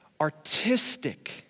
artistic